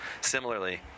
similarly